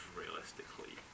realistically